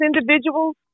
individuals